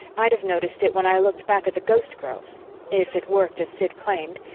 i'd have noticed it when i looked back at the ghostgirls if it worked as sid claimed,